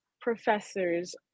professors